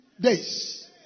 days